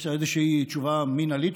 יש אולי איזושהי תשובה מינהלית,